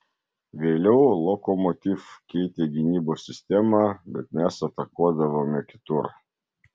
vėliau lokomotiv keitė gynybos sistemą bet mes atakuodavome kitur